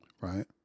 right